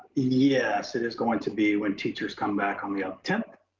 yeah, so there's going to be, when teachers come back on the ah tenth,